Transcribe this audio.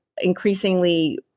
increasingly